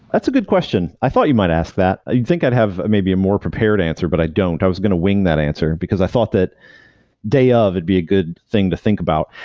that's a good question. i thought you might ask that. i think i'd have maybe a more prepared answer, but i don't. i was going to wing that answer, because i thought that day of it'd and be a good thing to think about.